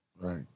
Right